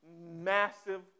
massive